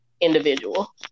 individual